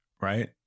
right